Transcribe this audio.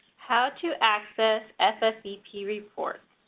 how to access ffvp reports